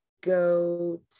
go